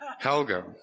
Helga